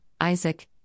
Isaac